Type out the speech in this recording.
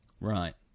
Right